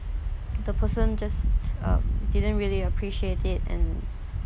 the person just um didn't really appreciate it and